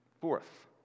Fourth